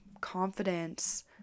confidence